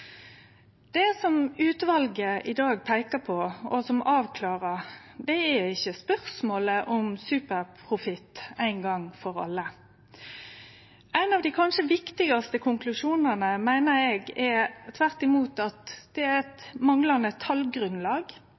Det som utvalet i dag peiker på og avklarer, er ikkje spørsmålet om superprofitt ein gong for alle. Ein av dei kanskje viktigaste konklusjonane meiner eg tvert imot er at det er eit manglande talgrunnlag.